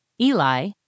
Eli